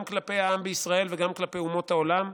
גם כלפי העם בישראל וגם כלפי אומות העולם,